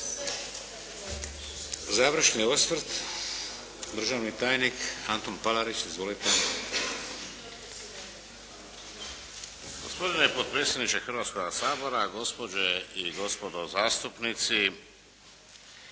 Završni osvrt, državni tajnik Antun Palarić. Izvolite. **Palarić, Antun** Gospodine potpredsjedniče Hrvatskoga sabora, gospođe i gospodo zastupnici.